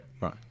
Right